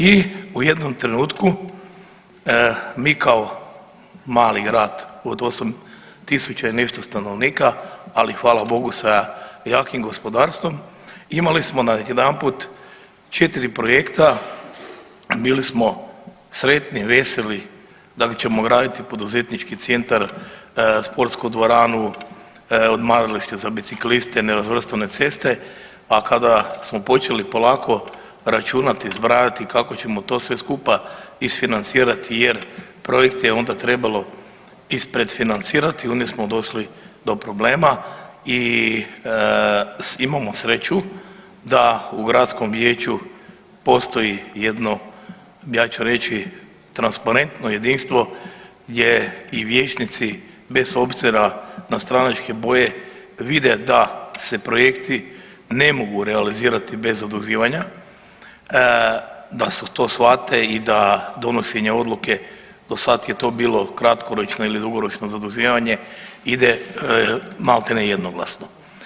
I u jednom trenutku mi kao mali grad od 8.000 i nešto stanovnika, ali hvala Bogu sa jakim gospodarstvom imali smo najedanput četiri projekta, bili smo sretni, veseli da li ćemo graditi poduzetnički centar, sportsku dvoranu, odmaralište za bicikliste, nerazvrstane ceste, a kada smo počeli polako računati, zbrajati kako ćemo to sve skupa isfinancirati jer projekt je onda trebalo ispred financirati onda smo došli do problema i imamo sreću da u gradskom vijeću postoji jedno, ja ću reći transparentno jedinstvo gdje i vijećnici bez obzira na stranačke boje vide da se projekti ne mogu realizirati bez zaduživanja, da to shvate i da donošenje odluke do sad je to bilo kratkoročno ili dugoročno zaduživanje ide maltene jednoglasno.